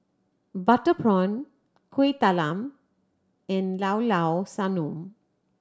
butter prawn Kuih Talam and Llao Llao Sanum